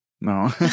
No